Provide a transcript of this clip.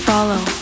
Follow